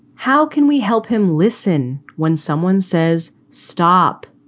how can we help him listen when someone says stop?